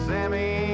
Sammy